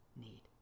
need